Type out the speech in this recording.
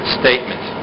statement